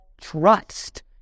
trust